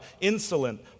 insolent